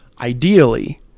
Ideally